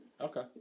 Okay